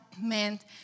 meant